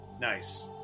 Nice